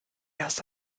erst